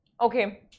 Okay